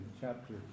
chapter